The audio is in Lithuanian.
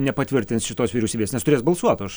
nepatvirtins šitos vyriausybės nes turės balsuot už